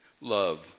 love